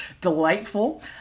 delightful